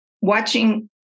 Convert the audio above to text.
watching